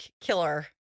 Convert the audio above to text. Killer